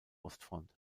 ostfront